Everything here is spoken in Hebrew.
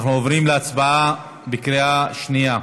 אנחנו עוברים להצבעה בקריאה שנייה.